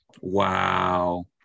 Wow